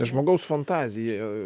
žmogaus fantazija